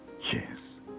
yes